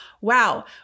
wow